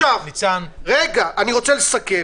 רגע, אני רוצה לסכם.